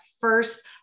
first